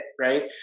right